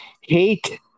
hate